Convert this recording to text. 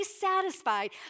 satisfied